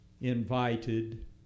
invited